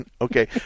Okay